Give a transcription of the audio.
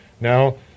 now